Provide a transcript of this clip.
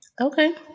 Okay